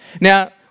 Now